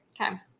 Okay